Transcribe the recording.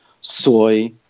soy